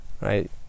right